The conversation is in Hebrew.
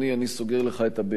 אני סוגר לך את הברז,